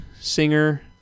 singer